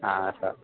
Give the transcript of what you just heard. ആ സാർ